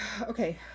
Okay